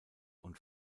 und